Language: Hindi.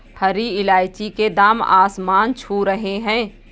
हरी इलायची के दाम आसमान छू रहे हैं